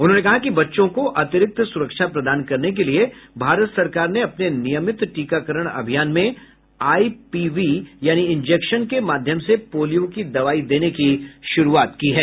उन्होंने कहा कि बच्चों को अतिरिक्त सुरक्षा प्रदान करने के लिए भारत सरकार ने अपने नियमित टीकाकरण अभियान में आईपीवी यानी इंजेक्शन के माध्यम से पोलियो की दवाई देने की शुरूआत की है